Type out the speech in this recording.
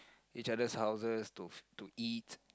each other houses to to eat